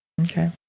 okay